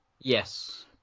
Yes